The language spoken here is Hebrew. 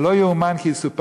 זה, לא יאומן כי יסופר.